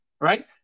right